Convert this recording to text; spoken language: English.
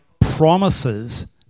promises